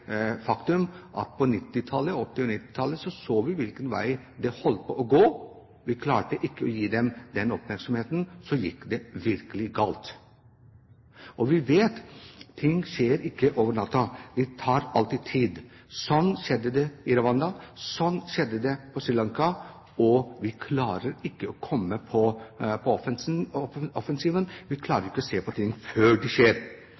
faktum at vi på 1980- og 1990-tallet så hvilken vei det holdt på å gå. Vi klarte ikke å gi dem den oppmerksomheten. Så gikk det virkelig galt. Vi vet at ting ikke skjer over natta; det tar alltid tid. Sånn skjedde det i Rwanda, sånn skjedde det på Sri Lanka. Vi klarer ikke å komme på offensiven, vi klarer ikke å se ting før det skjer.